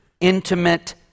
intimate